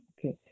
Okay